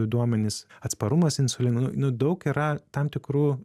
duomenys atsparumas insulinui nu daug yra tam tikrų